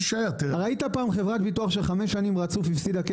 ראית חברת ביטוח שהפסידה כסף חמש שנים ברציפות?